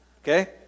Okay